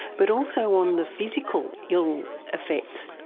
but also on the physical ill effects.